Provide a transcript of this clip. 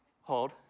hold